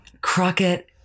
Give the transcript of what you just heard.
Crockett